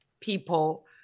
people